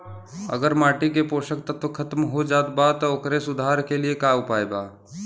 अगर माटी के पोषक तत्व खत्म हो जात बा त ओकरे सुधार के लिए का उपाय बा?